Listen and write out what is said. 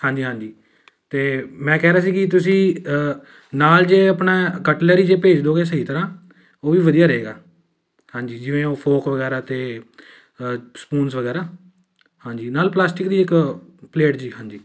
ਹਾਂਜੀ ਹਾਂਜੀ ਅਤੇ ਮੈਂ ਕਹਿ ਰਿਹਾ ਸੀ ਕਿ ਤੁਸੀਂ ਨਾਲ ਜੇ ਆਪਣਾ ਕਟਲਰੀ ਜੇ ਭੇਜ ਦਉਂਗੇ ਸਹੀ ਤਰ੍ਹਾਂ ਉਹ ਵੀ ਵਧੀਆ ਰਹੇਗਾ ਹਾਂਜੀ ਜਿਵੇਂ ਉਹ ਫੋਕ ਵਗੈਰਾ ਅਤੇ ਸਪੂਨਸ ਵਗੈਰਾ ਹਾਂਜੀ ਨਾਲ ਪਲਾਸਟਿਕ ਦੀ ਇੱਕ ਪਲੇਟ ਜੀ ਹਾਂਜੀ